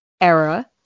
era